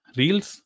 reels